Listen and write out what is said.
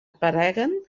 apareguen